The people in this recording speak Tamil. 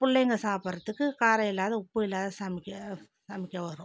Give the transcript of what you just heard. பிள்ளைங்க சாப்பிடறத்துக்கு காரம் இல்லாத உப்பு இல்லாத சமைக்க சமைக்க வரும்